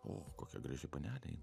o kokia graži panelė eina